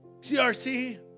CRC